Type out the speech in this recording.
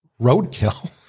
roadkill